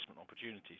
opportunities